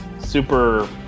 super